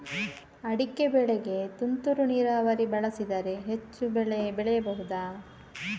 ಅಡಿಕೆ ಬೆಳೆಗೆ ತುಂತುರು ನೀರಾವರಿ ಬಳಸಿದರೆ ಹೆಚ್ಚು ಬೆಳೆ ಬೆಳೆಯಬಹುದಾ?